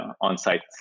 on-site